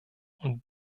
und